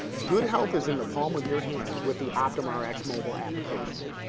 good health is in the palm of your hand with the optumrx mobile application.